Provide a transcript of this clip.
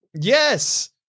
Yes